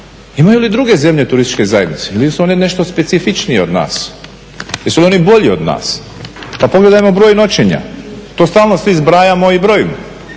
Imaju li druge zemlje turističke zajednice ili su one nešto specifičnije od nas, jesu li oni bolji od nas? Pa pogledajmo broj noćenja, to stalno svi zbrajamo i brojimo.